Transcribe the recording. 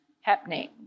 happening